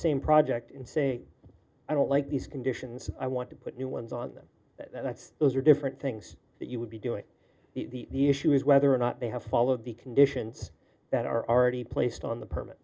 same project in saying i don't like these conditions i want to put new ones on them that's those are different things that you would be doing the issue is whether or not they have followed the conditions that are already placed on the permit